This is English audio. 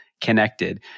connected